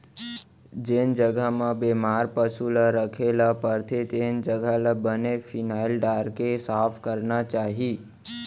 जेन जघा म बेमार पसु ल राखे ल परथे तेन जघा ल बने फिनाइल डारके सफा करना चाही